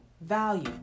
value